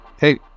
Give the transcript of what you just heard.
Hey